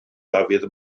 dafydd